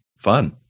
fun